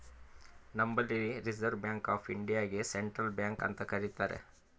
ನಂಬಲ್ಲಿ Reserve Bank of ಇಂಡಿಯಾಗೆ central bank ಅಂತ್ ಕರಿತಾರ್